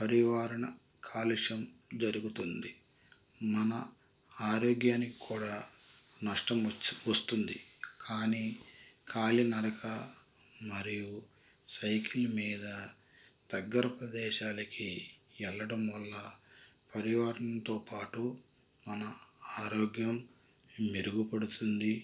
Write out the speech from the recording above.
పరివారణ కాలుష్యం జరుగుతుంది మన ఆరోగ్యానికి కూడా నష్టం వచ్చు వస్తుంది కానీ కాలి నడక మరియు సైకిల్ మీద దగ్గర ప్రదేశాలకి వెళ్ళడం వల్ల పరివాహనతో పాటు మన ఆరోగ్యం మెరుగుపడుతుంది